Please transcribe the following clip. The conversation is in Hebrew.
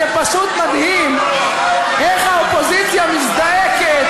זה פשוט מדהים איך האופוזיציה מזדעקת